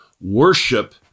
worship